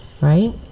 right